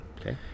Okay